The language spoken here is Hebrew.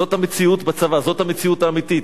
זאת המציאות בצבא, זאת המציאות האמיתית.